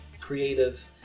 creative